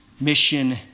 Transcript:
Mission